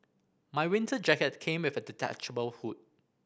my winter jacket came with a detachable hood